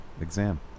exam